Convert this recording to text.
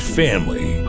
family